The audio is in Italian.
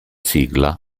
sigla